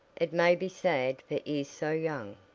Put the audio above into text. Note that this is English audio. it may be sad for ears so young,